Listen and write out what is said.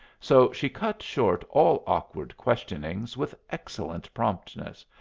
so she cut short all awkward questionings with excellent promptness.